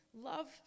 love